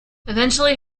eventually